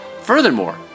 Furthermore